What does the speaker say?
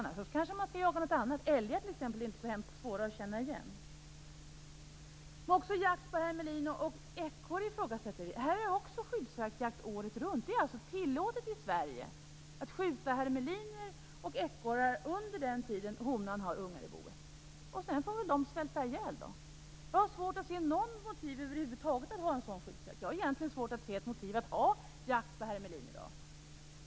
Annars skall man kanske jaga något annat, t.ex. älg. Älgar är inte så svåra att känna igen. Också jakt på hermelin och ekorre ifrågasätter vi. På dem bedrivs också skyddsjakt året runt. Det är alltså tillåtet i Sverige att skjuta hermeliner och ekorrar under den tid då honan har ungar i boet. Sedan får de väl svälta ihjäl. Jag har svårt att se något motiv över huvud taget till att ha en sådan skyddsjakt. Jag har egentligen svårt att se något motiv till att ha jakt på hermelin i dag.